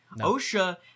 OSHA